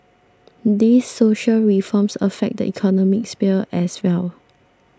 these social reforms affect the economic sphere as well